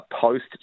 post